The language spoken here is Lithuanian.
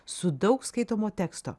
su daug skaitomo teksto